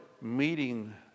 meeting